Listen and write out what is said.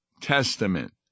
testament